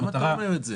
למה אתה אומר את זה?